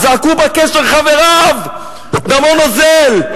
זעקו בקשר חבריו: דמו נוזל.